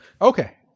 Okay